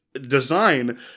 design